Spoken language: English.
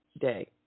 day